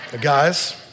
Guys